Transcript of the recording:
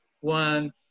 one